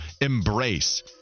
embrace